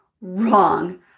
Wrong